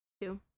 Two